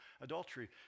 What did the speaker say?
adultery